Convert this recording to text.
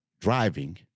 driving